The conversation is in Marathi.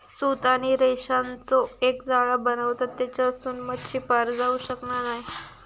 सूत आणि रेशांचो एक जाळा बनवतत तेच्यासून मच्छी पार जाऊ शकना नाय